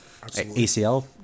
ACL